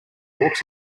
walks